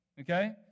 okay